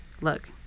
Look